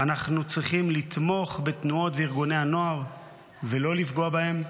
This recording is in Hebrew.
אנחנו צריכים לתמוך בתנועות ובארגוני הנוער ולא לפגוע בהם?